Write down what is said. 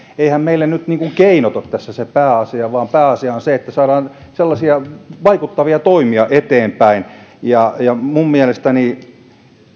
eiväthän meille nyt keinot ole tässä se pääasia vaan pääasia on se että saadaan sellaisia vaikuttavia toimia eteenpäin minun mielestäni